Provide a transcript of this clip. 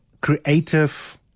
creative –